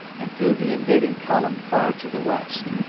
and threw the invading column far to the west.